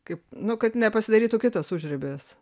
kaip nu kad nepasidarytų kitas užribis